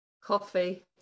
Coffee